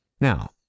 Now